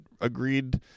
agreed